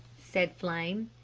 said flame.